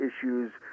issues